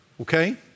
Okay